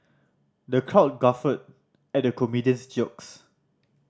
the crowd guffawed at the comedian's jokes